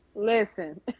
listen